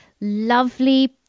lovely